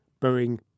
Boeing